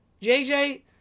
JJ